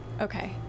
Okay